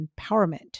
empowerment